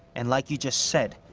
and like you just said,